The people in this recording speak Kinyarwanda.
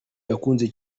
yakunze